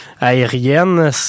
aérienne